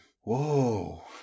whoa